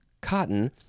cotton